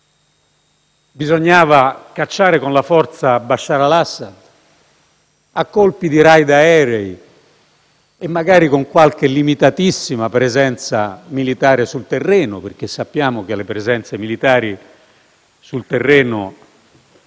bisognava cacciare con la forza Bashar al-Assad a colpi di *raid* aerei (e magari con qualche limitatissima presenza militare sul terreno, perché sappiamo che le presenze militari sul terreno